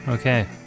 okay